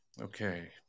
Okay